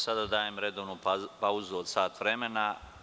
Sada dajem redovnu pauzu od sat vremena.